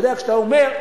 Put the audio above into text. אתה יודע, כשאתה אומר,